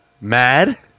mad